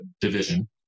division